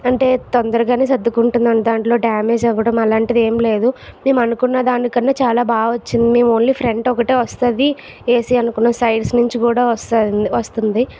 అంటే తొందరగానే సర్దుకుంటున్నాను దాంట్లో డ్యామేజ్ అవ్వడం అలాంటిదేమీ లేదు మేము అనుకున్న దానికన్నా చాలా బాగా వచ్చింది మేం ఓన్లీ ఫ్రంట్ ఒకటే వస్తుంది ఏసీ అనుకున్నాం సైడ్స్ నుంచి కూడా నుంచి కూడా వస్తుంది వస్తుంది